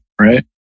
right